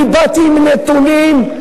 אני באתי עם נתונים,